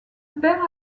père